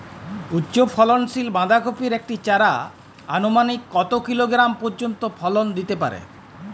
উচ্চ ফলনশীল বাঁধাকপির একটি চারা আনুমানিক কত কিলোগ্রাম পর্যন্ত ফলন দিতে পারে?